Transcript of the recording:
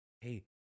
hey